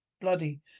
bloody